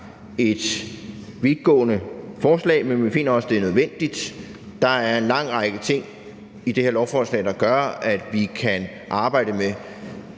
et vidtgående forslag. Men vi finder også, det er nødvendigt. Der er en lang række ting i det her lovforslag, der gør, at vi kan arbejde med